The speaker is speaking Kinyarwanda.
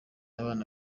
abana